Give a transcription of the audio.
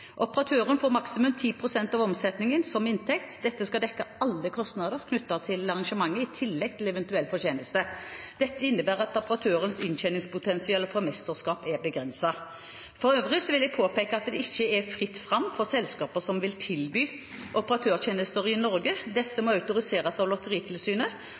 Operatøren får maksimum 10 pst. av omsetningen som inntekt. Dette skal dekke alle kostnader knyttet til arrangementet, i tillegg til eventuell fortjeneste. Dette innebærer at operatørens inntjeningspotensial fra mesterskapet er begrenset. For øvrig vil jeg påpeke at det ikke er fritt fram for selskaper som vil tilby operatørtjenester i Norge. Disse må ha autorisasjon fra Lotteritilsynet,